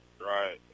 Right